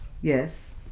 Yes